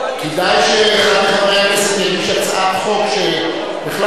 כדאי שאחד מחברי הכנסת יגיש הצעת חוק שבכלל,